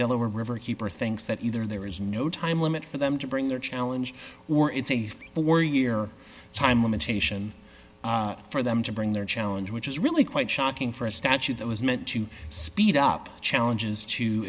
delaware river keeper thinks that either there is no time limit for them to bring their challenge or it's a four year time limitation for them to bring their challenge which is really quite shocking for a statute that was meant to speed up challenges to